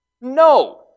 no